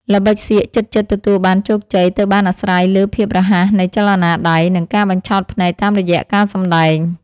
ល្បិចសៀកជិតៗទទួលបានជោគជ័យទៅបានអាស្រ័យលើភាពរហ័សនៃចលនាដៃ និង ការបញ្ឆោតភ្នែកតាមរយៈការសម្តែង។